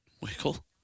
wiggle